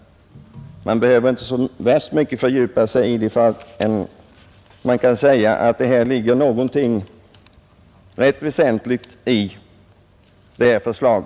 Man behöver inte fördjupa sig så värst mycket i frågan för att kunna säga att det ligger något rätt väsentligt i detta förslag.